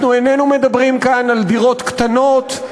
אנחנו איננו מדברים כאן על דירות קטנות,